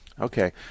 okay